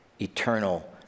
eternal